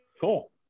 cool